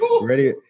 ready